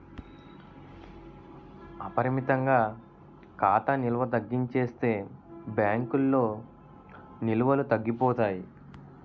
అపరిమితంగా ఖాతా నిల్వ తగ్గించేస్తే బ్యాంకుల్లో నిల్వలు తగ్గిపోతాయి